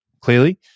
clearly